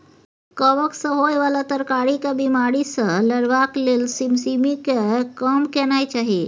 कवक सँ होए बला तरकारीक बिमारी सँ लड़बाक लेल सिमसिमीकेँ कम केनाय चाही